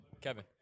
Kevin